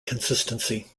consistency